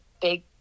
big